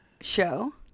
show